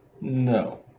No